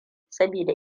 saboda